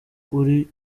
uri